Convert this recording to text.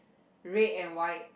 red and white